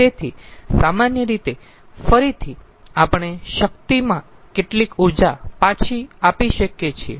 તેથી સામાન્ય રીતે ફરીથી આપણે શક્તિમાં કેટલીક ઊર્જા પાછી આપી શકીયેછીએ